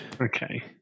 Okay